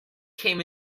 came